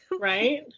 Right